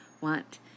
want